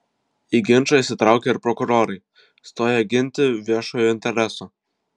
į ginčą įsitraukė ir prokurorai stoję ginti viešojo intereso